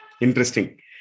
Interesting